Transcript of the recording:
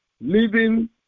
living